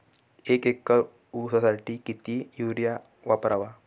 एक एकर ऊसासाठी किती युरिया वापरावा?